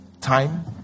time